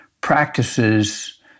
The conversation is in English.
practices